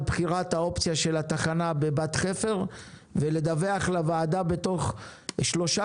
בחירת האופציה של התחנה בבת חפר ולדווח לוועדה תוך שלושה